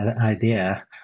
idea